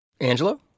Angelo